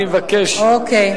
אני מבקש, אוקיי.